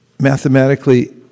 mathematically